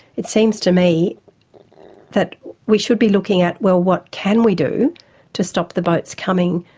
it seems to me that we should be looking at well what can we do to stop the boats coming,